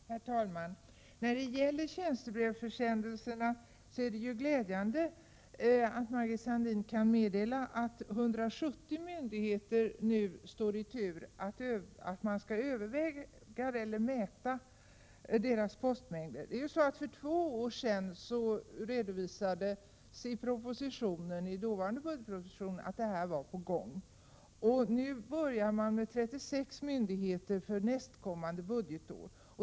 Herr talman! När det gäller tjänstebrevsförsändelserna är det ju glädjande att Margit Sandéhn kan meddela att man skall mäta 170 myndigheters postmängd. För två år sedan redovisades i den dåvarande budgetpropositionen att detta var i görningen. Nu börjar man med 36 myndigheter för nästkommande budgetår.